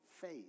faith